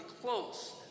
close